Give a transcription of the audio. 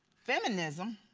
feminism?